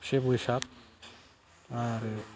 से बैसाग आरो